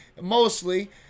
mostly